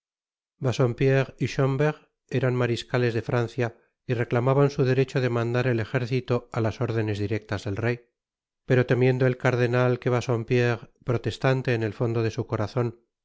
bassompierre y schomberg eran mariscales de francia y reclamaban su derecho de mandar el ejército á las órdenes directas del rey pero temiendo el cardenal que bassompierre protestante en el fondo de su corazon